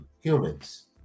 humans